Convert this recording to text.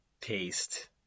Taste